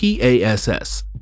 PASS